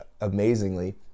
amazingly